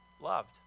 loved